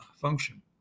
function